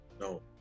no